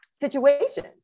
situation